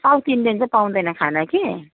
south Indian चाहिँ पाउँदैन खाना कि